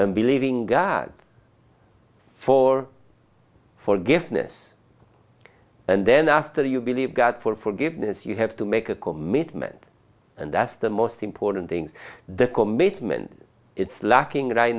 and believing god for forgiveness and then after you believe god for forgiveness you have to make a commitment and that's the most important things the commitment it's lacking right